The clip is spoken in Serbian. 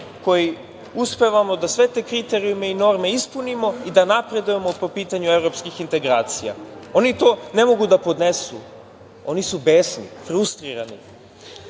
koji uspevamo da sve te kriterijume i norme ispunimo i da napredujemo po pitanju evropskih integracija. Oni to ne mogu da podnesu, oni su besni, frustrirani.